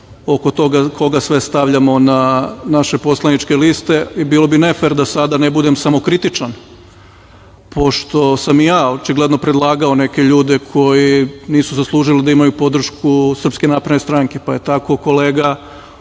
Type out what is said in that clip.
oko toga koga sve stavljamo na naše poslaničke liste i bilo bi nefer da sada ne budem samokritičan, pošto sam i ja očigledno predlagao neke ljude koji nisu zaslužili da imaju podršku SNS, pa je tako kolega